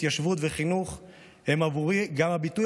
התיישבות וחינוך הם עבורי גם הביטוי